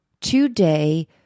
Today